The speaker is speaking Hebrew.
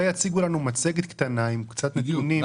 אולי יציגו לנו מצגת קטנה עם קצת נתונים.